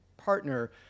Partner